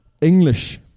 English